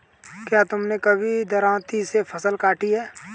क्या तुमने कभी दरांती से फसल काटी है?